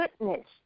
goodness